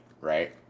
right